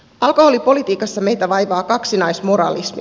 alkoholipolitiikassa meitä vaivaa kaksinaismoralismi